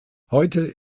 heute